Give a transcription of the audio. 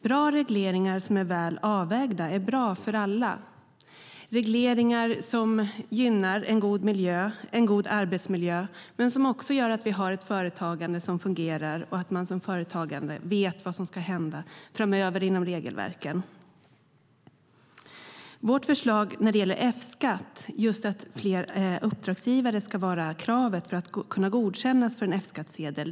Bra regleringar som är väl avvägda är bra för alla - regleringar som gynnar en god arbetsmiljö men som också gör att vi har ett företagande som fungerar och att man som företagare vet vad som ska hända framöver inom regelverken. Vårt förslag när det gäller F-skatt är att fler uppdragsgivare ska vara ett krav för att kunna godkännas för att få F-skattsedel.